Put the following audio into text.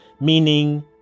meaning